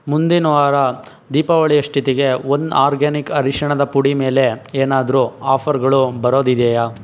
ಮುಂದಿನ ವಾರ ದೀಪಾವಳಿಯಷ್ಟೊತ್ತಿಗೆ ಒನ್ ಆರ್ಗ್ಯಾನಿಕ್ ಅರಿಶಿಣದ ಪುಡಿ ಮೇಲೆ ಏನಾದರೂ ಆಫರ್ಗಳು ಬರೋದಿದೆಯ